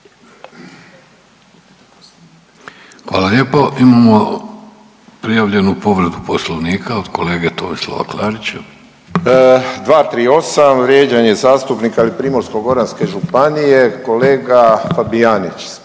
Hvala lijepo. Imamo prijavljenu povredu Poslovnika od kolege Tomislava Klarića. **Klarić, Tomislav (HDZ)** 238., vrijeđanje zastupnika ili Primorsko-goranske županije, kolega Fabijanić